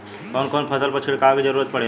कवन कवन फसल पर छिड़काव के जरूरत पड़ेला?